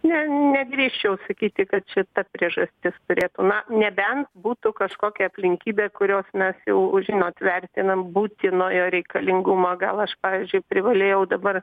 ne nedrįsčiau sakyti kad šita priežastis turėtų na nebent būtų kažkokia aplinkybė kurios mes jau žinot vertinam būtinojo reikalingumo gal aš pavyzdžiui privalėjau dabar